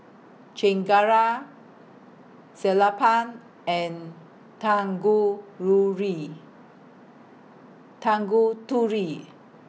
Chengara Sellapan and Tangururi Tanguturi